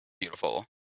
beautiful